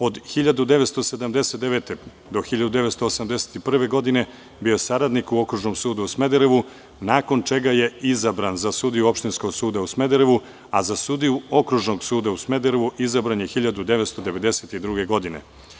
Od 1979. do 1981. godine bio je saradnik u Okružnom sudu u Smederevu, nakon čega je izabran za sudiju Opštinskog suda u Smederevu, a za sudiju Okružnog suda u Smederevu izabran je 1992. godine.